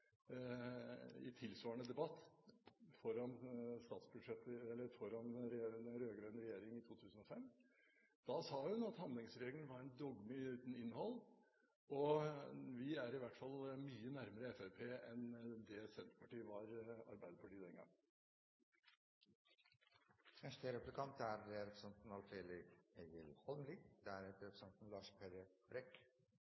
en tilsvarende debatt forut for den rød-grønne regjeringen i 2005. Da sa hun at handlingsregelen var «et dogme uten innhold». Vi er i hvert fall mye nærmere Fremskrittspartiet enn det Senterpartiet var Arbeiderpartiet den gang. Det er